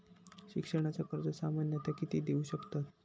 शिक्षणाचा कर्ज सामन्यता किती देऊ शकतत?